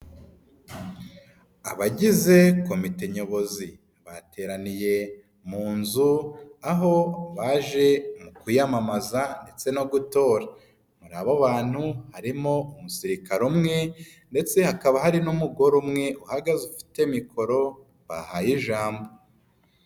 Abagize komite nyobozi bateraniye mu nzu, aho baje mu kuyamamaza ndetse no gutora. Muri abo bantu harimo umusirikare umwe ndetse hakaba hari n'umugore umwe uhagaze ufite mikoro bahaye ijambo.